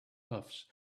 puffs